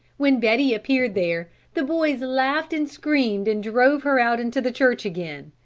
when betty appeared there, the boys laughed and screamed and drove her out into the church again,